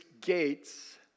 gates